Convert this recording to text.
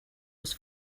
was